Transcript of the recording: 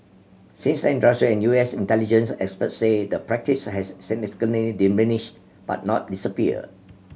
since then industry and U S intelligence experts say the practice has significantly diminished but not disappeared